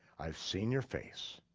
i've seen your face,